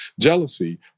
jealousy